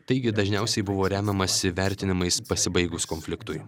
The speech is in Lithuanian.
taigi dažniausiai buvo remiamasi vertinimais pasibaigus konfliktui